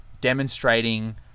demonstrating